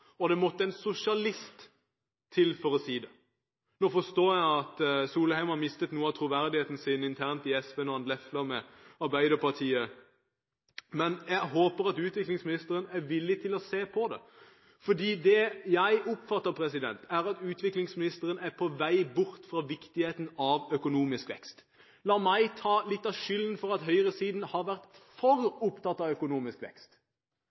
at det måtte en sosialist til for å si det. Nå forstår jeg at Solheim har mistet noe av troverdigheten sin internt i SV når han lefler med Arbeiderpartiet, men jeg håper at utviklingsministeren er villig til å se på det. For det jeg oppfatter, er at utviklingsministeren er på vei bort fra viktigheten av økonomisk vekst. La meg ta litt av skylden for at høyresiden har vært for opptatt av økonomisk vekst.